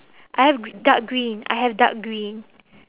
I have gr~ dark green I have dark green